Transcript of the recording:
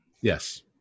Yes